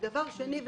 ודבר שני,